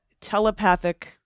Telepathic